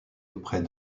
auprès